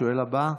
השואל הבא.